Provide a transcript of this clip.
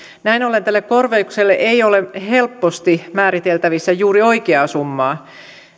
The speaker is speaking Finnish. näin ollen tälle korvaukselle ei ole helposti määriteltävissä juuri oikeaa summaa